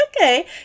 okay